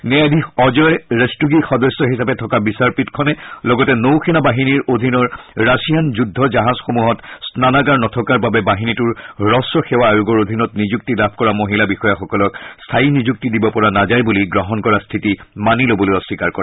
ন্যায়াধীশ অজয় ৰস্তোগি সদস্য হিচাপে থকা বিচাৰপীঠখনে লগতে নৌসেনা বাহিনীৰ অধীনৰ ৰাছিয়ান যুদ্ধ জাহাজসমূহত স্নানাগাৰ নথকাৰ বাবে বাহিনীটোৰ হুস্ব সেৱা আয়োগৰ অধীনত নিযুক্তি লাভ কৰা মহিলা বিষয়াসকলক স্থায়ী নিযুক্তি দিব পৰা নাযায় বুলি গ্ৰহণ কৰা স্থিতি মানি লবলৈ অস্বীকাৰ কৰে